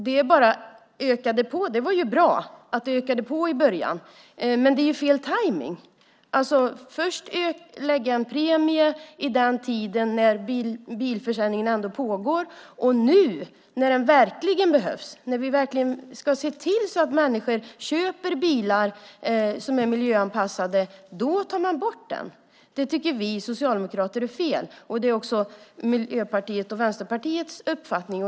Den ökade på försäljningen, och det var ju bra. Men det är fel tajmning! Först lägger man fram en premie, under en tid då bilförsäljningen ändå pågår. Och nu, när premien verkligen behövs och när vi ska se till att människor köper bilar som är miljöanpassade, tar man bort den. Det tycker vi socialdemokrater är fel. Det är också Miljöpartiets och Vänsterpartiets uppfattning.